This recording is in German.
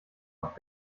auf